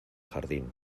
jardín